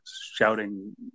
shouting